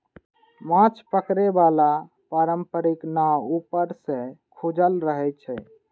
माछ पकड़े बला पारंपरिक नाव ऊपर सं खुजल रहै छै